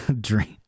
Drink